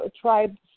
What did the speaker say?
tribes